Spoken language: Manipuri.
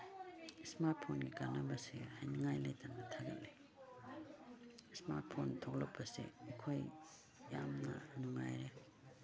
ꯏꯁꯃꯥꯔꯠ ꯐꯣꯟꯒꯤ ꯀꯥꯟꯅꯕꯁꯦ ꯍꯥꯏꯅꯤꯉꯥꯏ ꯂꯩꯇꯅ ꯊꯥꯒꯠꯂꯤ ꯏꯁꯃꯥꯔꯠ ꯐꯣꯟ ꯊꯣꯛꯂꯛꯄꯁꯦ ꯑꯩꯈꯣꯏ ꯌꯥꯝꯅ ꯅꯨꯡꯉꯥꯏꯔꯦ